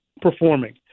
performing